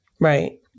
Right